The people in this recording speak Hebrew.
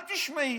אל תשמעי.